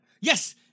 Yes